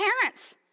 parents